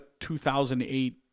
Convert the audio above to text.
2008